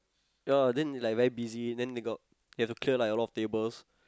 ya then they like very busy then they got they have to clear like a lot of tables